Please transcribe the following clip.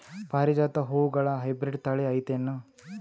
ಪಾರಿಜಾತ ಹೂವುಗಳ ಹೈಬ್ರಿಡ್ ಥಳಿ ಐತೇನು?